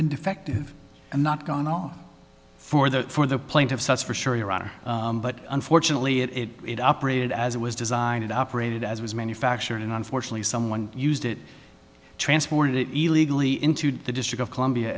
been defective and not gone off for the for the plaintiffs that's for sure your honor but unfortunately it operated as it was designed it operated as was manufactured and unfortunately someone used it transported it legally into the district of columbia